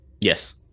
Yes